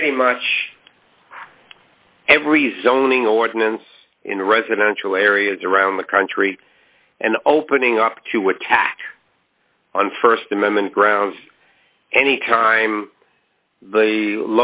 pretty much every zoning ordinance in residential areas around the country and opening up to attack on st amendment grounds any time the